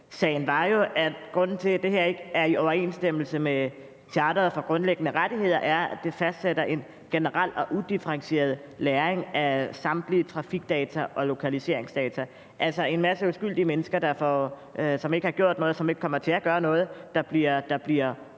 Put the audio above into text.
Tele2-sagen, at grunden til, at det her ikke er i overensstemmelse med charteret for grundlæggende rettigheder, er, at det fastsætter en generel og udifferentieret lagring af samtlige trafikdata og lokaliseringsdata. Det er altså en masse uskyldige mennesker, der ikke har gjort noget, og som ikke kommer til at gøre noget, der bliver overvåget.